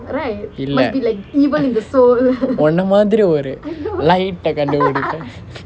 இல்லை உன்ன மாதிரி ஒரு:illai unna maathiri oru light கண்டுபிடிப்பேன்:kandupidipen